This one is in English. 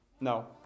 No